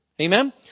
Amen